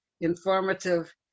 informative